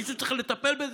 מישהו צריך לטפל בזה.